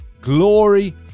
glory